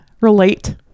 relate